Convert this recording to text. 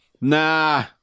nah